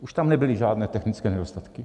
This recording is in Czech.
Už tam nebyly žádné technické nedostatky.